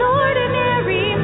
ordinary